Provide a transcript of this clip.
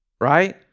right